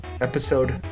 episode